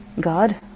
God